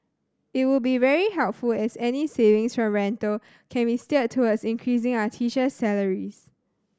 it would be very helpful as any savings from rental can be steered towards increasing our teacher's salaries